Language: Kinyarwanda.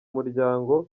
muryango